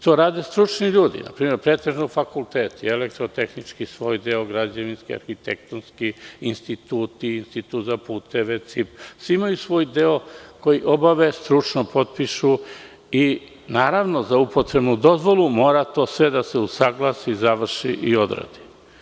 To rade stručni ljudi, pretežno fakulteti, elektrotehnički svoj deo građevinsko-arhitektonski, instituti, institut za puteve, svi imaju svoj deo koji obavljaju, stručno potpišu i naravno za upotrebnu dozvolu mora to sve da se usaglasi, završi i odradi.